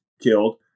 killed